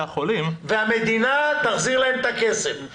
החולים ---- והמדינה תחזיר להן את הכסף,